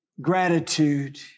gratitude